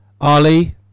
Ali